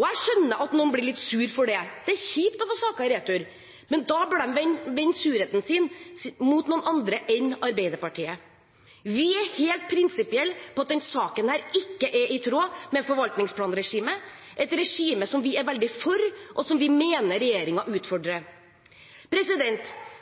Jeg skjønner at noen blir litt sure for det – det er kjipt å få saker i retur – men da bør de vende surheten sin mot noen andre enn Arbeiderpartiet. Vi er helt prinsipielle på at denne saken ikke er i tråd med forvaltningsplanregimet, et regime som vi er veldig for, og som vi mener regjeringen utfordrer.